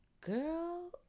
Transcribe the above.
girl